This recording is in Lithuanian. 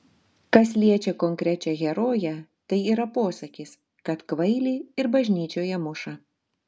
kas liečia konkrečią heroję tai yra posakis kad kvailį ir bažnyčioje muša